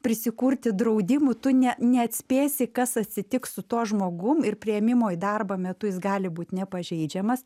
prisikurti draudimų tu nė neatspėsi kas atsitiks su tuo žmogumi ir priėmimo į darbą metu jis gali būti nepažeidžiamas